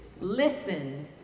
listen